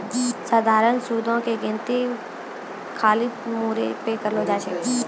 सधारण सूदो के गिनती खाली मूरे पे करलो जाय छै